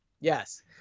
Yes